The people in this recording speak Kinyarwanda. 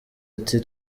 ati